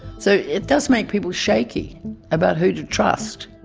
so, it does make people shaky about who to trust.